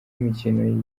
imikino